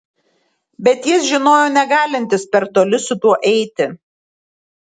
bet jis žinojo negalintis per toli su tuo eiti